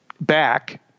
back